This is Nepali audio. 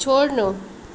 छोड्नु